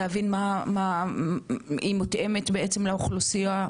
להבין היא מותאמת בעצם לאוכלוסייה?